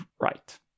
right